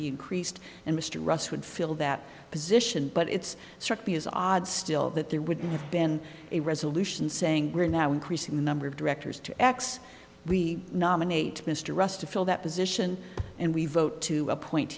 be increased and mr russ would fill that position but it's struck me as odd still that there would have been a resolution saying we're now increasing the number of directors to x we nominate mr russ to fill that position and we vote to appoint